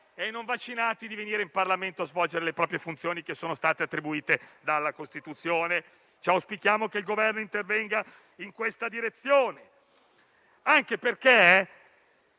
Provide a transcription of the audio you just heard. e ai non vaccinati di venire in Parlamento a svolgere le proprie funzioni, che sono state attribuite loro dalla Costituzione. Auspichiamo che il Governo intervenga in questa direzione, anche perché,